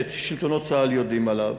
ששלטונות צה"ל יודעים עליהם.